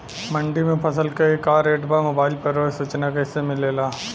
मंडी में फसल के का रेट बा मोबाइल पर रोज सूचना कैसे मिलेला?